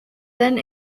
than